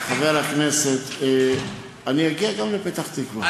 חבר הכנסת, אני אגיע גם לפתח-תקווה.